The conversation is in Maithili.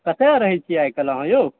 कतय रहैत छी आइ काल्हि अहाँ यौ